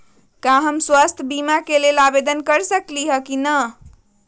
का हम स्वास्थ्य बीमा के लेल आवेदन कर सकली ह की न?